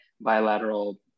bilateral